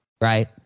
right